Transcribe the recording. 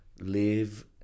live